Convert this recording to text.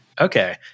Okay